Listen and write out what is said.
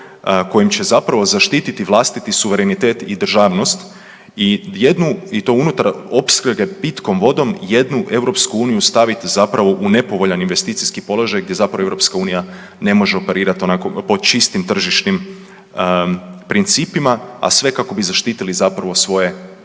kojim će zapravo zaštiti vlastiti suverenitet i državnost i jednu i to unutar opskrbe pitkom vodu jednu EU staviti zapravo u nepovoljan investicijski položaj gdje zapravo EU ne može operirati onako po čistim tržišnim principima, a sve kako bi zaštitili zapravo svoje